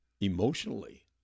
emotionally